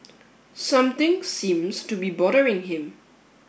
something seems to be bothering him